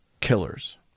killers